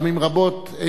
פעמים רבות,